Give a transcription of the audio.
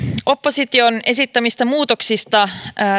opposition esittämistä muutoksista